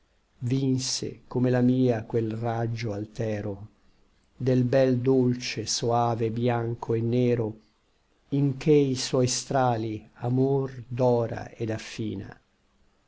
vinse come la mia quel raggio altero del bel dolce soave bianco et nero in che i suoi strali amor dora et affina